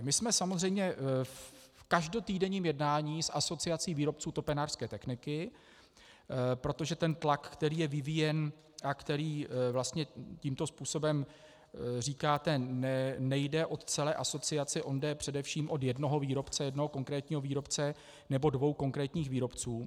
My jsme samozřejmě v každotýdenním jednání s Asociací výrobců topenářské techniky, protože tlak, který je vyvíjen a který vlastně tímto způsobem říkáte, nejde od celé asociace, on jde především od jednoho výrobce, jednoho konkrétního výrobce nebo dvou konkrétních výrobců.